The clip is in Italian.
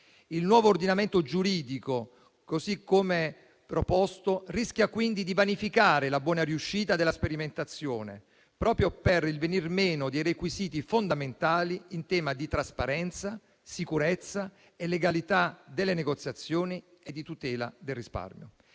Il nuovo ordinamento giuridico, così come proposto, rischia quindi di vanificare la buona riuscita della sperimentazione proprio per il venir meno dei requisiti fondamentali in tema di trasparenza, sicurezza e legalità delle negoziazioni e di tutela del risparmio.